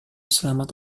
selamat